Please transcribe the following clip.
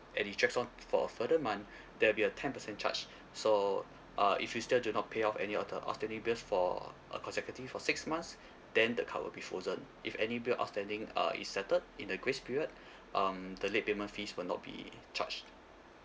and it drags on for further month there'll be a ten percent charge so uh if you still do not pay off any of the outstanding bills for a consecutive of six months then the card will be frozen if any bill outstanding uh is settled in the grace period um the late payment fees will not be charged